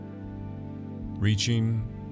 Reaching